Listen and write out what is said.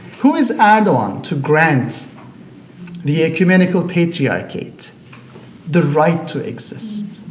who is erdogan to grant the ecumenical patriarchate the right to exist?